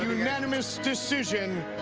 unanimous decision,